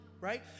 Right